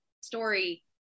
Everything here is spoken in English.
story